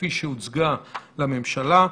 כפי שהוצגה לממשלה.